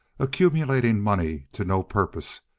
accumulating money to no purpose,